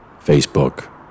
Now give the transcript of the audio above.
Facebook